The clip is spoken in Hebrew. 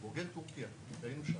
כבוגר טורקיה, כי היינו שם.